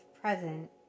present